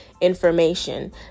information